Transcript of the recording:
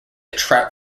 trout